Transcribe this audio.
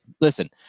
listen